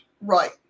right